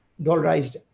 dollarized